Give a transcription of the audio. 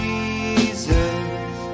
Jesus